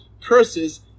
curses